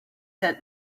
said